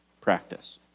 practice